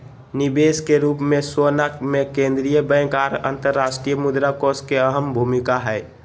निवेश के रूप मे सोना मे केंद्रीय बैंक आर अंतर्राष्ट्रीय मुद्रा कोष के अहम भूमिका हय